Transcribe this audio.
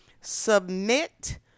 submit